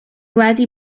wedi